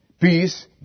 peace